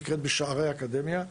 היא נקראת "בשערי האקדמיה".